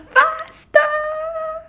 faster